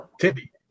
Tippy